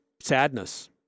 sadness